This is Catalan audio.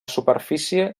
superfície